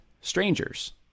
strangers